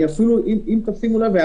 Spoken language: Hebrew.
אם תשימו לב,